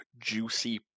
juicy